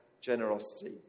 generosity